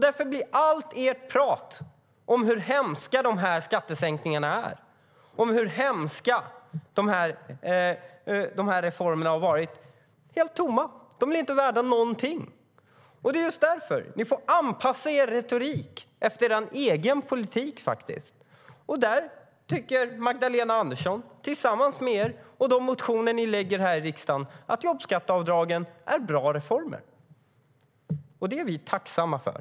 Därför blir allt ert prat om hur hemska skattesänkningarna är och hur hemska reformerna har varit helt tomt. Orden blir just därför inte värda någonting. Ni får anpassa er retorik efter er egen politik. Magdalena Andersson tycker tillsammans med er i de motioner ni väcker här i riksdagen att jobbskatteavdragen är bra reformer. Det är vi tacksamma för.